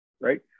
Right